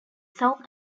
south